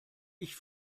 ich